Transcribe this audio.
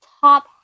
top